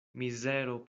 mizero